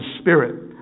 Spirit